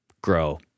Grow